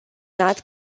not